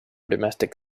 domestic